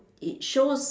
it shows